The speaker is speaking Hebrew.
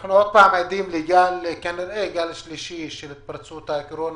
אנחנו עוד פעם עדים כנראה לגל שלישי של התפרצות הקורונה,